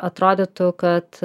atrodytų kad